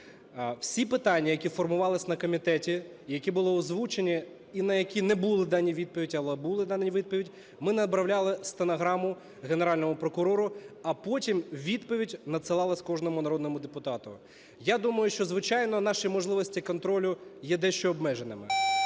Всі питання, які формувались на комітеті, які були озвучені і на які не були дані відповіді, і на які були дані відповіді, ми направляли стенограму Генеральному прокурору, а потім відповідь надсилалась кожному народному депутату. Я думаю, що, звичайно, наші можливості контролю є дещо обмеженими,